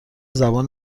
زبان